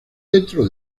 dentro